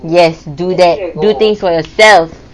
yes do that do things for yourself